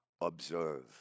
observe